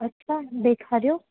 अच्छा ॾेखारियो